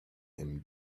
him